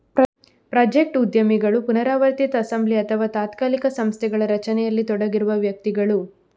project ಉದ್ಯಮಿಗಳು ಪುನರಾವರ್ತಿತ assembly ಅಥವಾ ತಾತ್ಕಾಲಿಕ ಸಂಸ್ಥೆಗಳ ರಚನೆಯಲ್ಲಿ ತೊಡಗಿರುವ ವ್ಯಕ್ತಿಗಳು